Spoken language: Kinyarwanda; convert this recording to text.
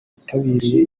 bitabiriye